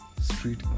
street